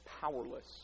powerless